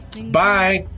Bye